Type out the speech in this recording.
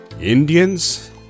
Indians